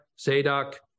Zadok